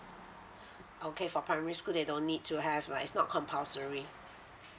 okay for primary school they don't need to have uh it's not compulsory